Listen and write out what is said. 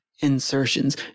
insertions